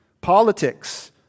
politics